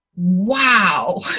wow